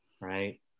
right